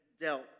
dealt